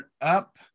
up